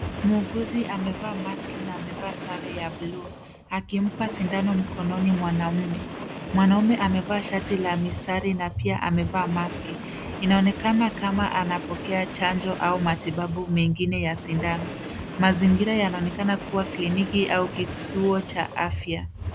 Muuguzi amevaa mask na amevaa sare ya buluu akimpa sindano mkononi mwanamume. Mwanaume amevaa shati la mistari na pia amevaa mask .Inaonekana kama anapokea chanjo au matibabu mengine ya sindano. Mazingira yanaonekana kuwa kliniki au kituo cha afya.